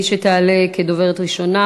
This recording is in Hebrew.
מי שתעלה כדוברת ראשונה,